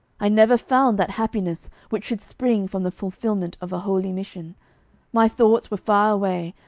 i never found that happiness which should spring from the fulfilment of a holy mission my thoughts were far away,